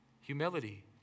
humility